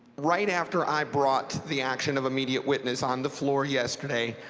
right after i brought the action of immediate witness on the floor yesterday,